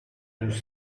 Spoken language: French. nous